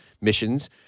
missions